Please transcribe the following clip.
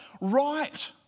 right